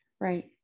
Right